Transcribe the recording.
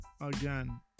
Again